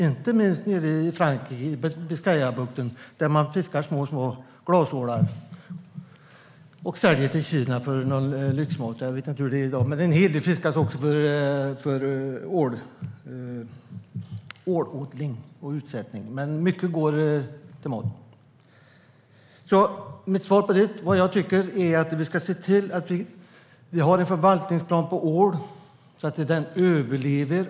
Det skulle bli stopp inte minst nere i Biscayabukten, där man fiskar små, små glasålar och säljer till Kina för lyxmat. Jag vet inte hur det är i dag; en hel del fiskas upp också för ålodling och utsättning, men mycket går till mat. Mitt svar är alltså att vi ska se till att vi har en förvaltningsplan för ål så att arten överlever.